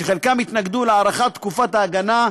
שחלקם התנגדו להארכת תקופת ההגנה,